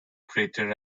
crater